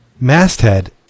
masthead